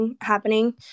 happening